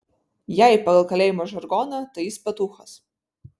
jei pagal kalėjimo žargoną tai jis petūchas